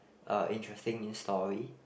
uh interesting in story